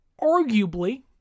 Arguably